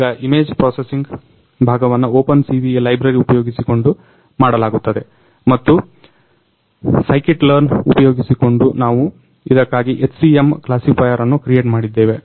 ಈಗ image processing ಭಾಗವನ್ನ openCV library ಉಪಯೋಗಿಸಿಕೊಂಡು ಮಾಡಲಾಗುತ್ತದೆ ಮತ್ತು scikit learn ಉಪಯೋಗಿಸಿಕೊಂಡು ನಾವು ಇದಕ್ಕಾಗಿ HCM ಕ್ಲಾಸಿಫೈಯರ್ ಅನ್ನು ಕ್ರಿಯೆಟ್ ಮಾಡಿದ್ದೇವೆ